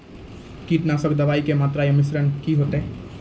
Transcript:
कीटनासक दवाई के मात्रा या मिश्रण की हेते?